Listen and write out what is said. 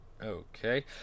Okay